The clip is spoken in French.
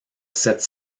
sept